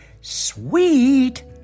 Sweet